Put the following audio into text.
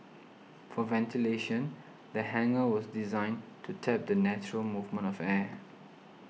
for ventilation the hangar was designed to tap the natural movement of air